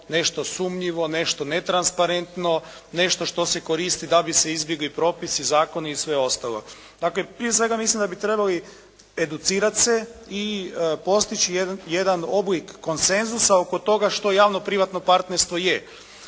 nešto sumnjivo, nešto netransparentno, nešto što se koristi da bi se izbjegli propisi, zakoni i sve ostalo. Dakle prije svega mislim da bi trebali educirati se i postići jedan oblik konsenzusa oko toga što javno-privatno partnerstvo je.